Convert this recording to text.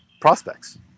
prospects